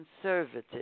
conservative